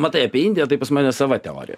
matai apie indiją tai pas mane sava teorija